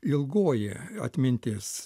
ilgoji atmintis